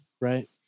right